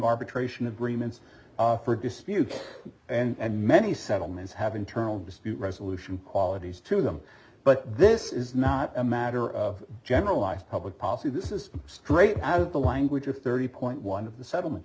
arbitration agreements for disputes and many settlements have internal dispute resolution qualities to them but this is not a matter of generalized public policy this is straight out of the language of thirty point one of the settlement